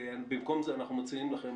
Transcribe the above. לא אנחנו נהווה את ה-limiting factor,